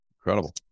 incredible